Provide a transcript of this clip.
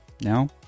Now